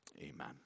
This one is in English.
Amen